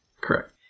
Correct